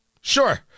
Sure